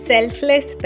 Selfless